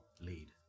lead